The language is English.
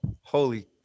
Holy